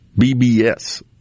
bbs